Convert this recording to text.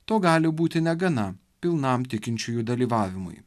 to gali būti negana pilnam tikinčiųjų dalyvavimui